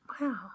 Wow